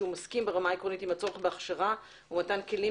שהוא מסכים ברמה העקרונית עם הצורך בהכשרה ומתן כלים